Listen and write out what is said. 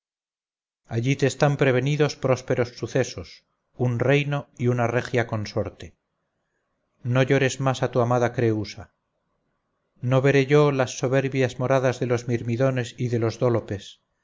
allí te están prevenidos prósperos sucesos un reino y una regia consorte no llores más a tu amada creúsa no veré yo las soberbias moradas de los mirmidones y de los